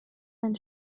ein